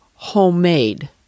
homemade